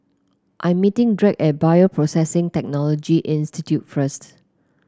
I am meeting Drake at Bioprocessing Technology Institute first